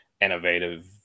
innovative